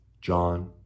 John